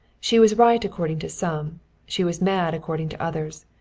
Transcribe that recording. she was right according to some she was mad according to others.